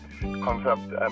concept